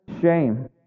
shame